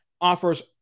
Offers